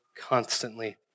constantly